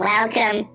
Welcome